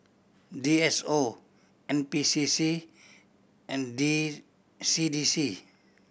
D S O N P C C and D C D C